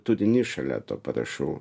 turinys šalia to parašų